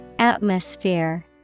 Atmosphere